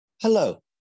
Hello